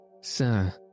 Sir